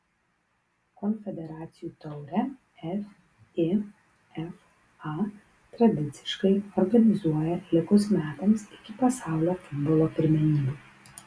konfederacijų taurę fifa tradiciškai organizuoja likus metams iki pasaulio futbolo pirmenybių